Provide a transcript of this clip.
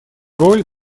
роль